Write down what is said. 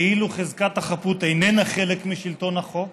כאילו חזקת החפות איננה חלק משלטון החוק,